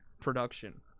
production